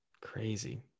Crazy